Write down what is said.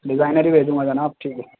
designer بھی بھیجوں گا جناب ٹھیک ہے